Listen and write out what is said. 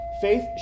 Faith